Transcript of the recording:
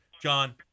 John